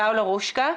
פאולה רושקה.